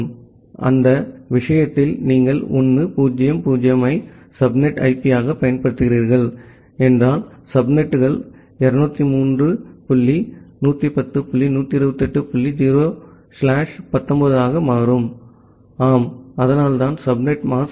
எனவே அந்த விஷயத்தில் நீங்கள் 1 0 0 ஐ சப்நெட் ஐபியாகப் பயன்படுத்துகிறீர்கள் என்றால் சப்நெட்டுகள் 203 டாட் 110 டாட் 128 டாட் 0 ஸ்லாஷ் 19 ஆக மாறும் அது ஆம் அதனால் தான் சப்நெட் மாஸ்க்